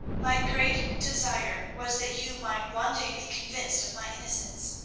my great desire was that you might one day be convinced of my innocence,